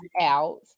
out